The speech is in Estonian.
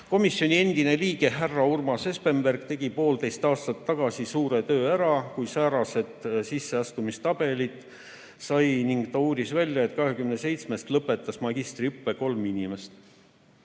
Komisjoni endine liige härra Urmas Espenberg tegi poolteist aastat tagasi suure töö ära, kui säärased sisseastumistabelid sai, ning ta uuris välja, et 27 sisseastujast lõpetas magistriõppe kolm inimest,